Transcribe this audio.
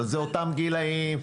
אלה אותם גילאים,